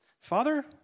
Father